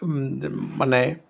মানে